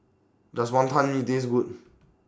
Does Wantan Mee Taste Good